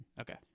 Okay